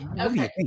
Okay